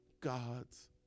God's